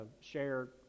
shared